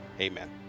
Amen